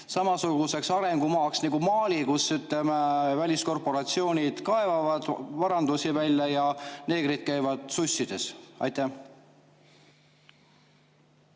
samasuguseks arengumaaks nagu Mali, kus väliskorporatsioonid kaevavad varandusi välja ja neegrid käivad sussides? Aitäh,